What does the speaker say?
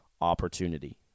opportunity